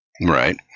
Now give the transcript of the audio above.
Right